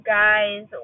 guys